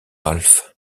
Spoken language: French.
ralph